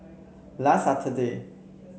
last Saturday